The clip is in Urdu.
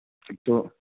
تو